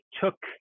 took